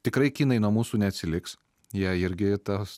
tikrai kinai nuo mūsų neatsiliks jie irgi tas